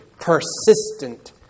persistent